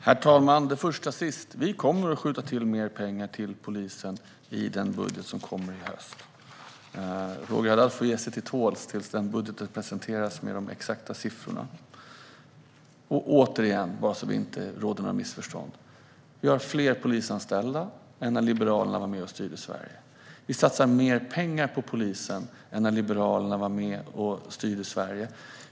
Herr talman! Jag ska börja med det sista som Roger Haddad tog upp. Vi kommer att skjuta till mer pengar till polisen i den budget som kommer i höst. Roger Haddad får ge sig till tåls tills denna budget presenteras med de exakta siffrorna. För att det inte ska råda några missförstånd vill jag återigen säga följande: Vi har fler polisanställda än när Liberalerna var med och styrde Sverige. Vi satsar mer pengar på polisen än när Liberalerna var med och styrde Sverige.